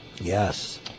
Yes